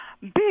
big